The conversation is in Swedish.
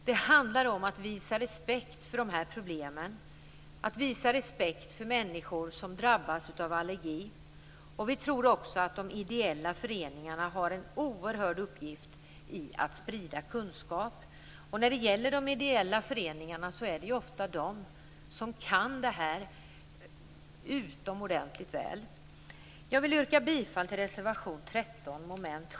Det handlar om att visa respekt för de här problemen och att visa respekt för människor som drabbas av allergi. Vi tror också att de ideella föreningarna har en oerhörd uppgift i att sprida kunskap. De ideella föreningarna kan ofta detta utomordentligt väl. Jag vill yrka bifall till reservation 13, under mom. 7.